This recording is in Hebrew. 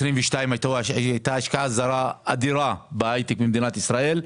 22' הייתה השקעה זרה אדירה בהייטק במדינת ישראל.